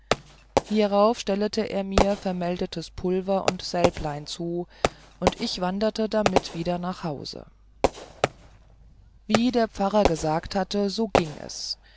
hierauf stellete er mir gemeldtes pulver und sälblein zu und wanderte damit wieder nach haus wie der pfarrer gesagt hatte also gieng es